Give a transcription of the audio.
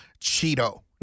Cheeto